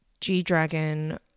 G-Dragon